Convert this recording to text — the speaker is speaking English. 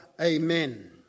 Amen